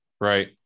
right